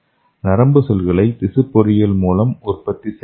நரம்பு செல்களை திசு பொறியியல் மூலம் உற்பத்தி செய்யலாம்